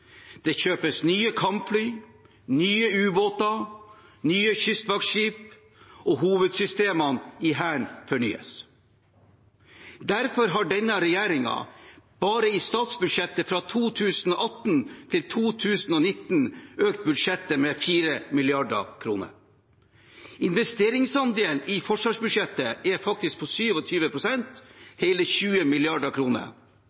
Det kjøpes nye kampfly, nye ubåter og nye kystvaktskip, og hovedsystemene i Hæren fornyes. Derfor har denne regjeringen bare i statsbudsjettet fra 2018 til 2019 økt budsjettet med 4 mrd. kr. Investeringsandelen i forsvarsbudsjettet er faktisk på